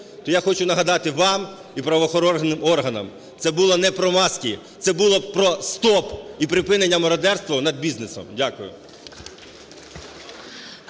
то я хочу нагадати вам і правоохоронним органам, це було не про маски, це було про стоп і припинення мародерства над бізнесом. Дякую.